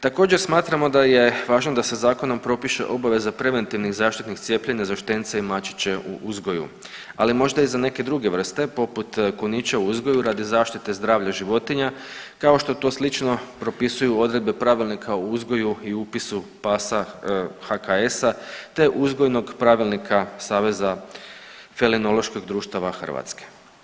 Također smatramo da je važno da se zakonom propiše obaveza preventivnih zaštitnih cijepljenja za štence i mačiće u uzgoju, ali možda i za neke druge vrste poput kunića u uzgoju radi zaštite zdravlja životinja kao što to slično propisuju odredbe Pravilnika o uzgoju i upisu pasa HKS-a, te Uzgojnog pravilnika Saveza felinoloških društava Hrvatske.